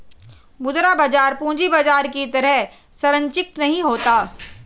मुद्रा बाजार पूंजी बाजार की तरह सरंचिक नहीं होता